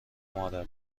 مادره